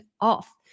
off